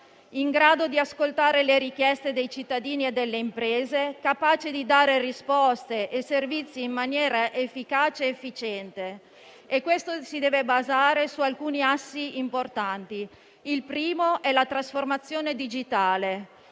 in grado di ascoltare le richieste dei cittadini e delle imprese, capace di dare risposte e servizi in maniera efficace ed efficiente. Questo rinnovamento si deve basare su alcuni assi importanti. Il primo è la trasformazione digitale: